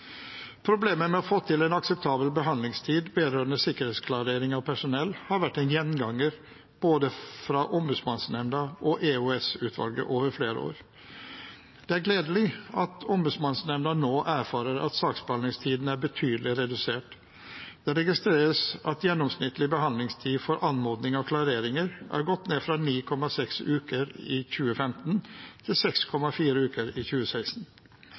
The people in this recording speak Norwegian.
med å få til en akseptabel behandlingstid vedrørende sikkerhetsklarering av personell har vært en gjenganger fra både Ombudsmannsnemnda og EOS-utvalget over flere år. Det er gledelig at Ombudsmannsnemnda nå erfarer at saksbehandlingstiden er betydelig redusert. Det registreres at gjennomsnittlig behandlingstid for anmodning om klareringer har gått ned fra 9,6 uker i 2015 til 6,4 uker i 2016.